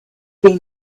been